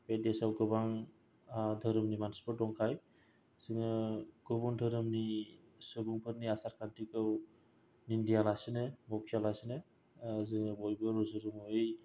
बे देसाव गोबां धोरोमनि मानसिफोर दंखाय जोङो गुबुन धोरोमनि सुबुंफोरनि आसार खान्थिखौ निनदिया लासिनो बखिया लासिनो जोङो बयबो रुजु रुमुयै